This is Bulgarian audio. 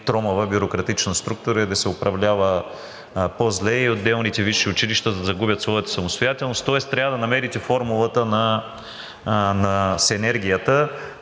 тромава, бюрократична структура и да се управлява по-зле и отделните висши училища да загубят своята самостоятелност, тоест трябва да намерите формулата на синергията.